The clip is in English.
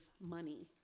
money